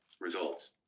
results